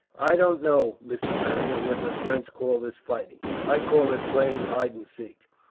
i don't know, mr. marryat, whether the french call this fighting. i call it playing hide and seek,